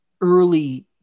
early